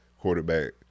quarterback